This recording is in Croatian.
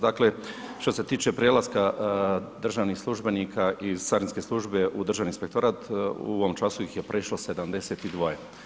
Dakle, što se tiče prelaska državnih službenika iz carinske službe u Državni inspektorat, u ovom času ih je prešlo 72.